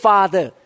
Father